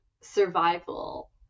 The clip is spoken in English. survival